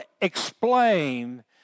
explain